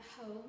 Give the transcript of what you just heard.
home